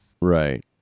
Right